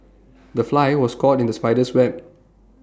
the fly was caught in the spider's web